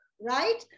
right